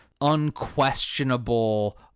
unquestionable